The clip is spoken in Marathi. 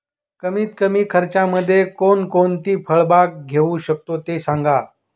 कमीत कमी खर्चामध्ये कोणकोणती फळबाग घेऊ शकतो ते सांगा